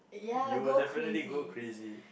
you will definitely go crazy